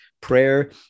prayer